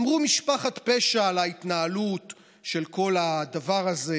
אמרו "משפחת פשע" על ההתנהלות של כל הדבר הזה,